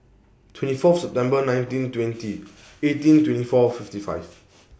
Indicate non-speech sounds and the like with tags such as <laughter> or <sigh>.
twenty Fourth September nineteen twenty <noise> eighteen twenty four fifty five <noise>